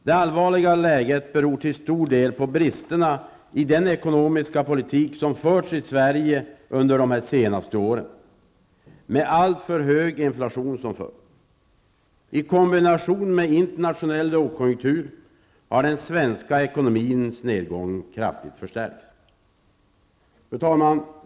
Det allvarliga läget beror till stor del på bristerna i den ekonomiska politik som förts i Sverige under dessa år, med alltför hög inflation. I kombination med internationell lågkonjunktur har den svenska ekonomins nedgång kraftigt förstärkts. Fru talman!